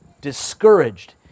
discouraged